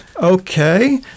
okay